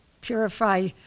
purify